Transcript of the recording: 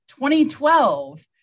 2012